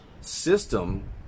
system